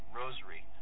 rosary